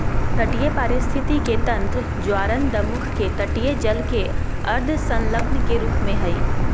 तटीय पारिस्थिति के तंत्र ज्वारनदमुख के तटीय जल के अर्ध संलग्न के रूप में हइ